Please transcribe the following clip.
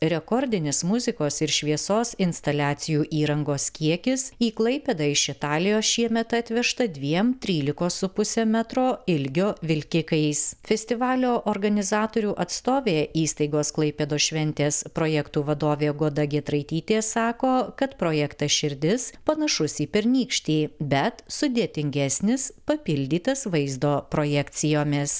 rekordinis muzikos ir šviesos instaliacijų įrangos kiekis į klaipėdą iš italijos šiemet atvežta dviem trylikos su puse metro ilgio vilkikais festivalio organizatorių atstovė įstaigos klaipėdos šventės projektų vadovė goda giedraitytė sako kad projektas širdis panašus į pernykštį bet sudėtingesnis papildytas vaizdo projekcijomis